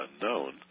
unknown